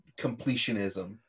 completionism